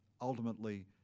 ultimately